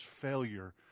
failure